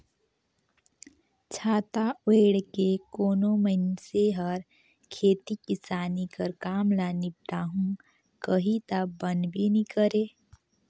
छाता ओएढ़ के कोनो मइनसे हर खेती किसानी कर काम ल निपटाहू कही ता बनबे नी करे